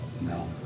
No